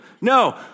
No